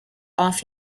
off